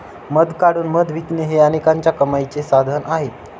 मध काढून मध विकणे हे अनेकांच्या कमाईचे साधन आहे